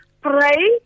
pray